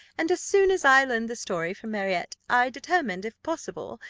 and as soon as i learned the story from marriott, i determined, if possible,